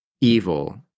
evil